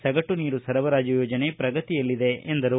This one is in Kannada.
ಸಗಟು ನೀರು ಸರಬರಾಜು ಯೋಜನೆ ಪ್ರಗತಿಯಲ್ಲಿದೆ ಎಂದರು